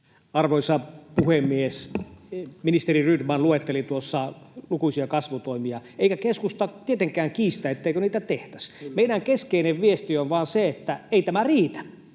Arvoisa puhemies! Ministeri Rydman luetteli tuossa lukuisia kasvutoimia, eikä keskusta tietenkään kiistä, etteikö niitä tehtäisi. Meidän keskeinen viestimme vain on se, että ei tämä riitä.